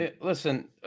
listen